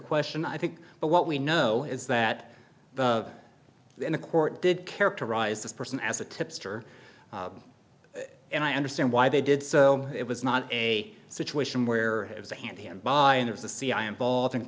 question i think but what we know is that in a court did characterize this person as a tipster and i understand why they did so it was not a situation where it was a hand him by any of the cia involved and